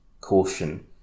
caution